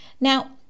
Now